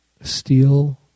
steal